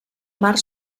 mar